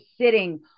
sitting